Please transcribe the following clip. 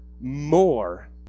more